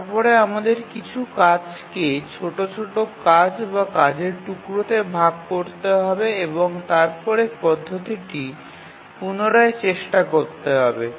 তারপরে আমাদের কিছু কাজকে ছোট ছোট কাজ বা কাজের টুকরোতে ভাগ করতে হবে এবং তারপরে পদ্ধতিটি পুনরায় চেষ্টা করতে হবে